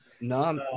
No